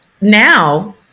now